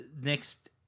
next